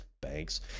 banks